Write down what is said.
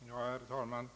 Herr talman!